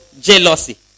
Jealousy